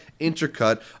Intercut